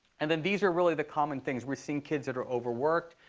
and then these are really the common things. we're seeing kids that are overworked.